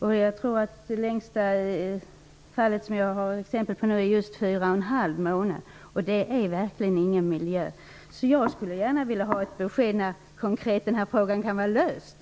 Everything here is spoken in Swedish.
Den person jag har exempel på som har suttit längst satt i häkte i fyra och en halv månad. Det är verkligen ingen bra miljö. Jag skulle vilja ha ett konkret besked om när det här problemet kan vara löst.